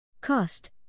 Cost